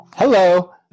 Hello